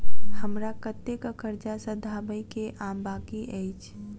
हमरा कतेक कर्जा सधाबई केँ आ बाकी अछि?